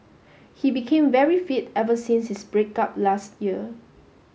he became very fit ever since his break up last year